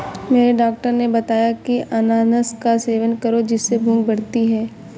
मेरे डॉक्टर ने बताया की अनानास का सेवन करो जिससे भूख बढ़ती है